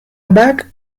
aback